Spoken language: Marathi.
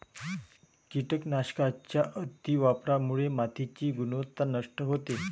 कीटकनाशकांच्या अतिवापरामुळे मातीची गुणवत्ता नष्ट होते